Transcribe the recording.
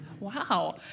wow